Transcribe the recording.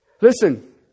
Listen